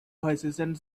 voicesand